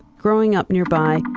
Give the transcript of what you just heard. growing up nearby,